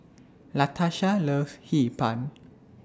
Latasha loves Hee Pan